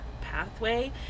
pathway